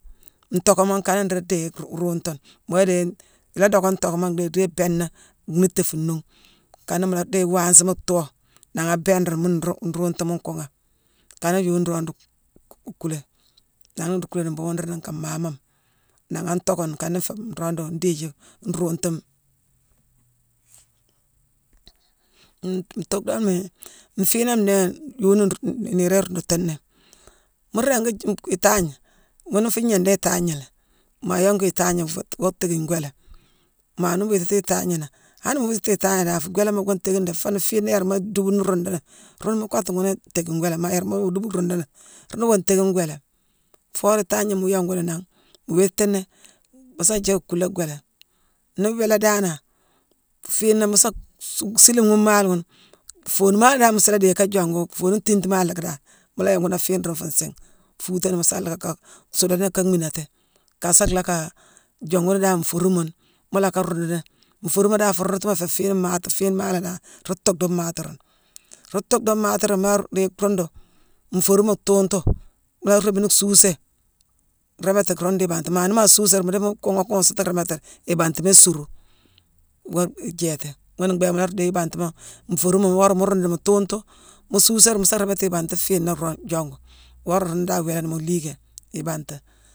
Ntockuma nkaala nruu dhéye ruuntune. Mu la déye-ila docka ntockama dééye bééna nnhiiti fuu nuungh kaana mu la déye waansima thoo nangha a bééne ruune, mu nruutune mu kuughé. Kana yooni nroog nruu-ku-kuulé. Nangh na nruu kuulé ni mbhuunghurini nkaa maamoma. Nangha an tockama, nkana nféé nroog nruu ndiiji nruungtume. Ntuuckdamii-nfiiname nnéé yooni nruu-niirane ruundutini, mu ringi jong-n-n-itaagna. Ghune nfuu gnéédé itaagna léé. Maa yongu itaagne-nfu-woo tééckine gwéélé. Maa nii mu wiititine itaagna nangh hani mu wiititine itaagna dan fuu gwééléma goo ntééckine déé. Fooni fiine yéérma duubuni ruundu ni ruune mu kottu ghunii tééckine gwéélé. Maa yéérma woo duubune ruunduni, ruune woo tééckine gwéélé foo worama itaagna mu yonguni nangh, mu wiitini, mu sa jiick kuula gwéélé. Nii wéélé danane, fiina mu sa suuck-siili ghune maale ghune foonu maala dan mu suula dééye ka jongu-foonu thiintimaa lacki dan mu la yonguni aa fiine ruune fuu nsiigh, fuutaghi ma saala kaa suudaghi ka mhiinati, ka sa lackaa jonguni dan nfooru muune mu lacka ruunduni. Nfooruma dan fuu ruunduma féé fiine mmaati. Fiine maalé dan-ruu tuuckdu mmaati ruune. Ruu tuuckdu maati ruune mu la ruu-dééye ruundu nfooruma thuuntu, mu la réémini suuséé, rééméti ruundu ibanti. Maa nii ma suusé rii, mu dii mu koogho koogho suutu rééméti ri, ibantima issuru, iwoo jééti. Ghuna mbhééké mu la déye ibantima nfoorima worama mu ruunduni mu tuuntu, mu suusé ri mu sa réémati ibanti fiina ruun-jongu. Wora ruue dan wéélé ni, mu liiké ibanti